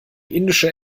indische